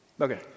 Okay